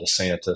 DeSantis